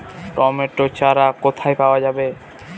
Tomato চারা কোথায় পাওয়া যাবে?